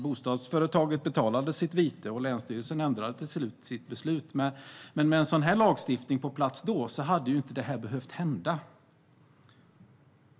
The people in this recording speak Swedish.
Bostadsföretaget betalade sitt vite, och länsstyrelsen ändrade till slut sitt beslut. Med en sådan här lagstiftning på plats då hade inte detta behövt hända.